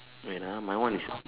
wait ah my one is